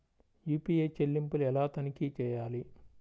UPI చెల్లింపులు ఎలా తనిఖీ చేయాలి?